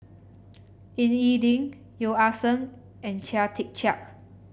Ying E Ding Yeo Ah Seng and Chia Tee Chiak